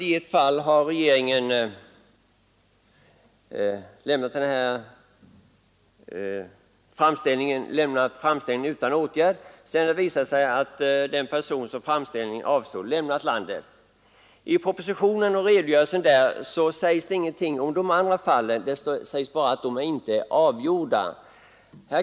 I ett fall har regeringen lämnat en sådan framställning utan åtgärd, sedan det visat sig att den person som framställningen avsåg lämnat landet. Om de andra fallen sägs i redogörelsen bara att de inte är avgjorda.